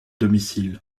domicile